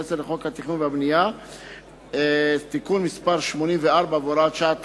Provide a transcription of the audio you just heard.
10 לחוק התכנון והבנייה (תיקון מס' 84 והוראת שעה),